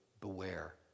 beware